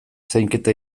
zainketa